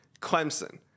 Clemson